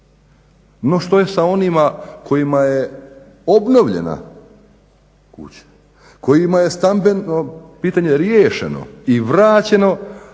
No, što je sa onima kojima je obnovljena kuća, kojima je stambeno pitanje riješeno i vraćeno,